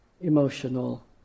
emotional